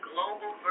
Global